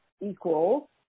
equals